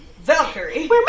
Valkyrie